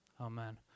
Amen